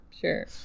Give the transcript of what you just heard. sure